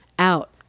Out